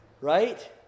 right